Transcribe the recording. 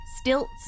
stilts